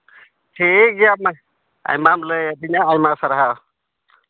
ᱴᱷᱤᱠ ᱜᱮᱭᱟ ᱢᱟ ᱟᱭᱢᱟᱢ ᱞᱟᱹᱭ ᱟᱹᱫᱤᱧᱟ ᱟᱭᱢᱟ ᱥᱟᱨᱦᱟᱣ